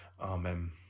Amen